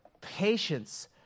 patience